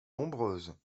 nombreuses